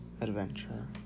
adventure